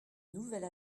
nouvelle